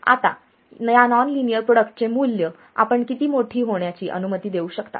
आता या non linear product चे मूल्य आपण किती मोठी होण्याची अनुमती देऊ शकता